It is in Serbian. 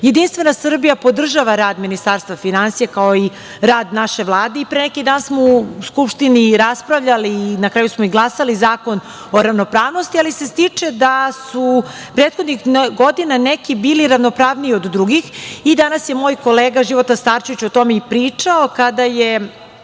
budžetu. Jedinstvena Srbija podržava rad Ministarstva finansija, kao i rad naše Vlade, i pre neki dan smo u Skupštini raspravljali a na kraju smo i glasali, Zakon o ravnopravnosti, ali se stiče utisak da su prethodnih godina neki bili ravnopravniji od drugih. Danas je moj kolega Života Starčević o tome i pričao, kada je